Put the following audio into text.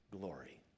glory